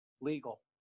legal